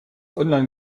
online